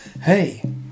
Hey